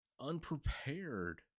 unprepared